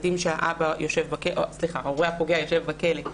שההורה הפוגע שלהם יושב בכלא,